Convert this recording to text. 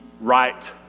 right